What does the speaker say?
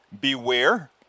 beware